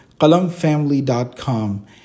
Qalamfamily.com